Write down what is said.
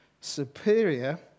superior